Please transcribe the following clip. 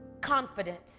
confident